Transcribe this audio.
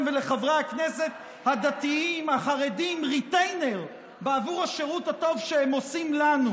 ולחברי הכנסת הדתיים החרדים ריטיינר עבור השירות שהם עושים לנו,